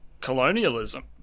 colonialism